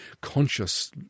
conscious